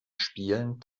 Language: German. spielen